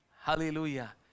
Hallelujah